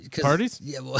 Parties